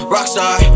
Rockstar